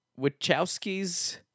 wachowskis